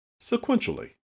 sequentially